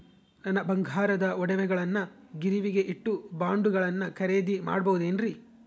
ನನ್ನ ಬಂಗಾರದ ಒಡವೆಗಳನ್ನ ಗಿರಿವಿಗೆ ಇಟ್ಟು ಬಾಂಡುಗಳನ್ನ ಖರೇದಿ ಮಾಡಬಹುದೇನ್ರಿ?